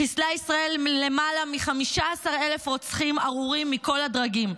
חיסלה ישראל למעלה מ-15,000 רוצחים ארורים מכל הדרגים.